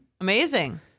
amazing